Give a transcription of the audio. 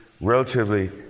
relatively